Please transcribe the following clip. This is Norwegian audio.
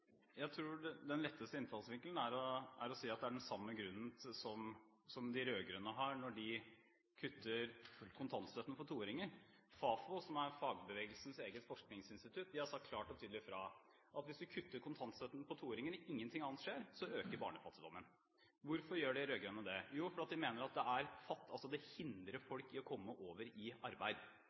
Jeg tror den letteste innfallsvinkelen er å si at det er den samme grunnen som de rød-grønne har når de kutter kontantstøtten for toåringer. FAFO, som er fagbevegelsens eget forskningsinstitutt, har sagt klart og tydelig fra at hvis en kutter kontantstøtten for toåringer og ingenting annet skjer, øker barnefattigdommen. Hvorfor gjør de rød-grønne det? Jo, fordi at de mener at det hindrer folk i å komme over i arbeid.